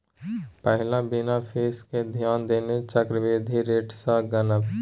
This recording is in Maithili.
पहिल बिना फीस केँ ध्यान देने चक्रबृद्धि रेट सँ गनब